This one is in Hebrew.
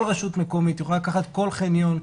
כל רשות מקומית יכולה לקחת כל חניון,